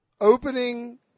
Opening